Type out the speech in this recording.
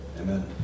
Amen